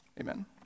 Amen